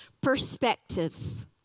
perspectives